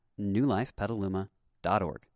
newlifepetaluma.org